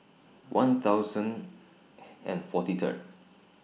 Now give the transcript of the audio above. one thousand and forty Third